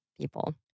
people